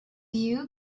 you